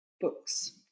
books